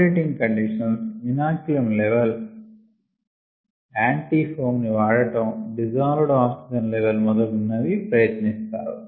operating conditions inoculum level antifoam ని వాడటం dissolved oxygen level మొదలగునవి ప్రయత్నిస్తారు